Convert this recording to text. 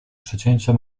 przecięcia